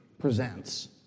presents